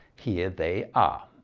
here they ah